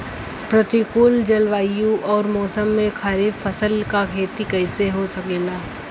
प्रतिकूल जलवायु अउर मौसम में खरीफ फसलों क खेती कइसे हो सकेला?